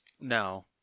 No